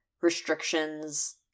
restrictions